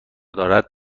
دارد